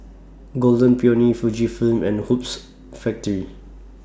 Golden Peony Fujifilm and Hoops Factory